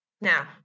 Now